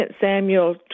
Samuel